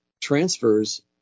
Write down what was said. transfers